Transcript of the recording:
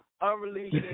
unreleased